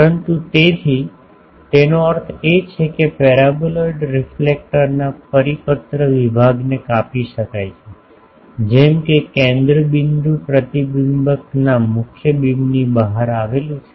પરંતુ તેથી તેનો અર્થ એ છે કે પેરાબોલોઈડલ રેફલેક્ટર ના પરિપત્ર વિભાગને કાપી શકાય છે જેમ કે કેન્દ્રબિંદુ પ્રતિબિંબકના મુખ્ય બીમની બહાર આવેલું છે